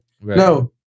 No